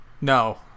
No